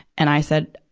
and i said,